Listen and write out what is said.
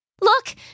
Look